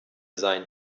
sein